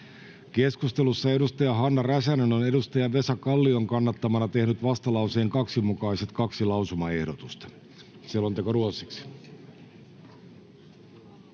Keskustelussa edustaja Hanna Räsänen on edustaja Vesa Kallion kannattamana tehnyt vastalauseen 2 mukaiset kaksi lausumaehdotusta.